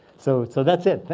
so so that's it.